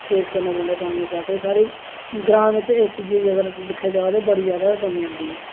face करना पोंदा पानी दी शाटेज सारी ग्रां बिच इस चीजा गी अगर दिक्खेआ जाए ते बड़ी ज्यादा कमी आंदी ऐ